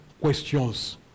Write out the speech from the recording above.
questions